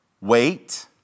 wait